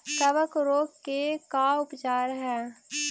कबक रोग के का उपचार है?